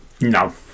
No